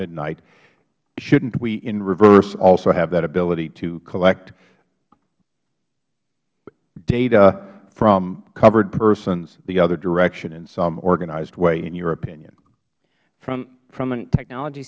midnight shouldn't we in reverse also have that ability to collect data from covered persons the other direction in some organized way in your opinion mister colangelo from a technology